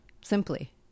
simply